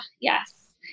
yes